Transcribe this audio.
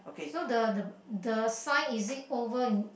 so the the the sign is it oval in